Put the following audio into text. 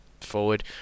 forward